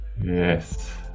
yes